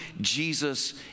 Jesus